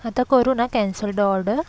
आता करू ना कॅन्सल डो ऑर्डर